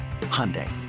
Hyundai